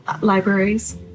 Libraries